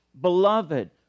beloved